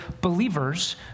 believers